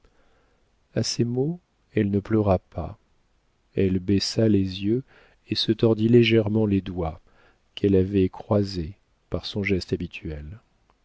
a ces mots elle ne pleura pas elle baissa les yeux et se tordit légèrement les doigts qu'elle avait croisés par son geste habituel